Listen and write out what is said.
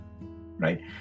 Right